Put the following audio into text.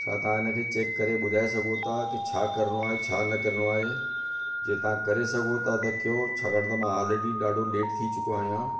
छा तां हिन खे चैक करे ॿुधाए सघो था छा करिणो आहे छा न करिणो आहे जे तव्हां करे सघो था त कयो छाकाणि मां ऑलरैडी ॾाढो लेट थी चुको आहियां